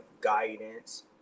guidance